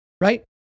right